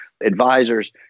advisors